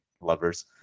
lovers